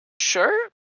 Sure